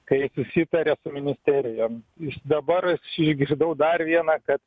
kai susitarė su ministerijom dabar aš išgirdau dar vieną kad